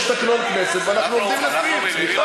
יש תקנון לכנסת ואנחנו עובדים לפיו.